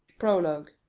prologue.